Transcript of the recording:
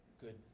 Good